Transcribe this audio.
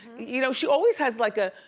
you know, she always has like a,